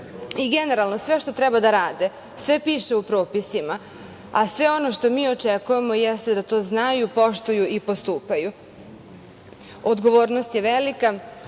kodeks. Generalno, sve što treba da rade sve piše u propisima, a sve ono što mi očekujemo jeste da to znaju, poštuju i postupaju. Odgovornost je